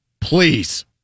Please